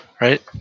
Right